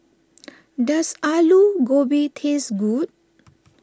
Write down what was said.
does Aloo Gobi taste good